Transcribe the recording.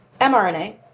mRNA